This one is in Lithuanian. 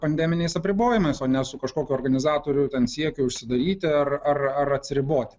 pandeminiais apribojimais o ne su kažkokio organizatorių ten siekiu užsidaryti ar ar atsiriboti